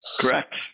Correct